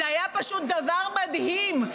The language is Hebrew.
זה היה פשוט דבר מדהים.